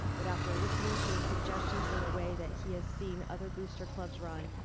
but after listening to the suggestions and the way that he has seen other booster clubs run,